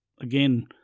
again